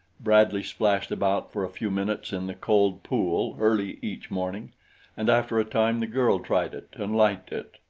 bradley splashed about for a few minutes in the cold pool early each morning and after a time the girl tried it and liked it.